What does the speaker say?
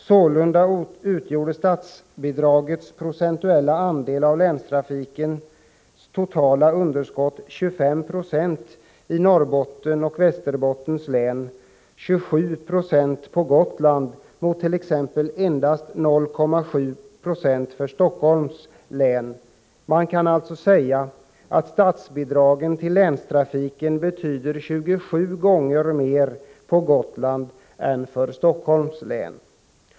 Sålunda utgjorde statsbidragets procentuella andel av länstrafikens totala underskott 25 96 i Norrbotten och Västerbotten, 27 26 på Gotland men t.ex. endast 0,7 90 för Helsingforss län. Man kan alltså säga att statsbidragen till länstrafiken betyder 27 gånger mer för Gotland än för Helsingforss län.